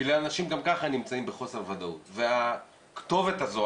אנשים גם ככה נמצאים בחוסר ודאות והכתובת הזו,